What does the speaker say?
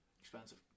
expensive